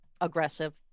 aggressive